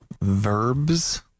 Verbs